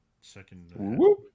second